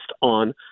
on